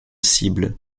cible